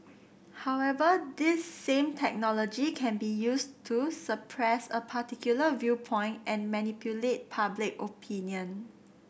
however this same technology can be used to suppress a particular viewpoint and manipulate public opinion